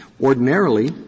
ordinarily